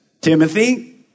Timothy